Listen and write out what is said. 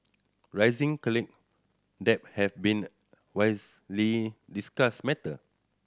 rising college debt have been widely discussed matter